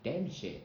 then shit